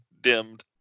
dimmed